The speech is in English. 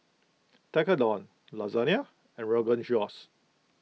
Tekkadon Lasagne and Rogan Josh